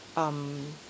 um